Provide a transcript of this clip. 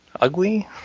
ugly